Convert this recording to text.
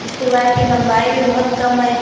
اس کے وائر کی لمبائی بھی بہت کم ہے